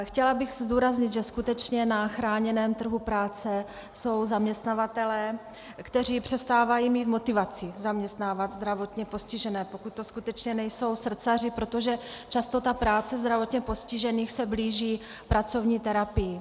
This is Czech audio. Chtěla bych zdůraznit, že skutečně na chráněném trhu práce jsou zaměstnavatelé, kteří přestávají mít motivaci zaměstnávat zdravotně postižené, pokud to skutečně nejsou srdcaři, protože často se ta práce zdravotně postižených blíží pracovní terapii.